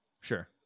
Sure